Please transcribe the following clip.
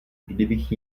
kdybych